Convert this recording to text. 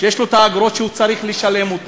יש לו אגרות שהוא צריך לשלם,